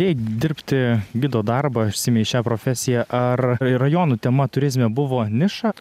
ėjai dirbti gido darbą užsiėmei šia profesija ar rajonų tema turizme buvo niša